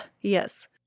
yes